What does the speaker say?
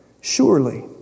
surely